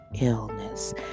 illness